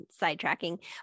sidetracking